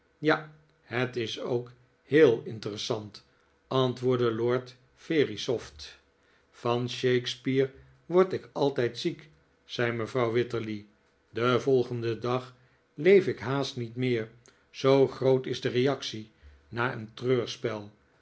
ja het is ook heel interessant antwoordde lord verisopht van shakespeare word ik altijd ziek zei mevrouw wititterly den volgenden dag leef ik haast niet meer zoo groot is de reactie na een